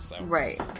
Right